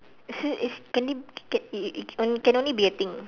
is it is can it can it it can only be a thing